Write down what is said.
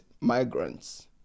migrants